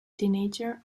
teenager